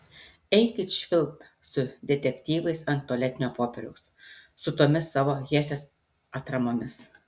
eikit švilpt su detektyvais ant tualetinio popieriaus su tomis savo hesės atramomis